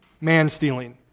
man-stealing